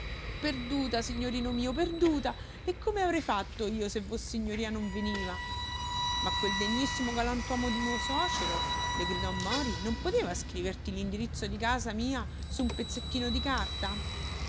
perduta signorino mio perduta e come avrei fatto io se vossignoria non veniva ma quel degnissimo galantuomo di mio suocero le gridò mori non poteva scriverti l'indirizzo di casa mia su un pezzettino di carta